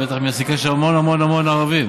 בטח היא מעסיקה שם המון המון המון ערבים,